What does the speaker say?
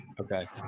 Okay